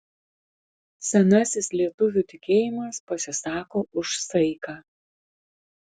senasis lietuvių tikėjimas pasisako už saiką